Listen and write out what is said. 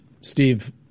Steve